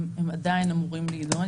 הם עדיין אמורים להידון.